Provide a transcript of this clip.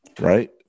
right